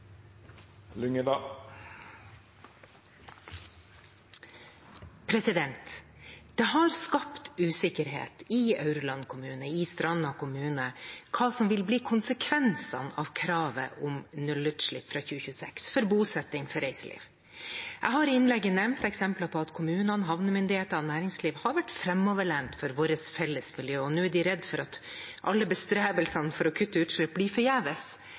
Det har skapt usikkerhet i Aurland kommune og i Stranda kommune om hva som vil bli konsekvensene av kravet om nullutslipp fra 2026 for bosetting og reiseliv. Jeg har i innlegget nevnt eksempler på at kommunene, havnemyndighetene og næringslivet har vært framoverlente for vårt felles miljø, og nå er de redde for at alle bestrebelsene for å kutte utslipp blir forgjeves